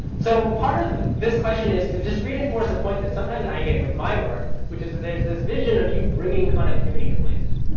so part of this question is to just reinforce a point that somehow i get with my work, which is that there's this vision of you bringing connectivity to places,